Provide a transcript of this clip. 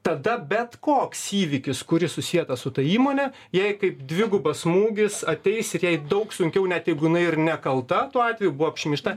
tada bet koks įvykis kuris susietas su ta įmone jai kaip dvigubas smūgis ateis ir jai daug sunkiau net jeigu jinai ir nekalta tuo atveju buvo apšmeižta